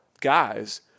guys